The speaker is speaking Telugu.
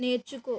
నేర్చుకో